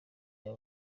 cya